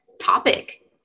topic